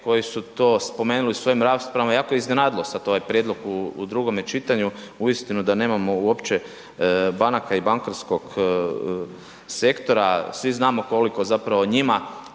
koji su to spomenuli u svojim raspravama, jako je iznenadilo sad ovaj prijedlog u drugome čitanju uistinu da nemamo uopće banaka i bankarskog sektora, svi znamo koliko zapravo njima